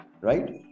right